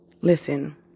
Listen